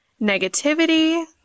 negativity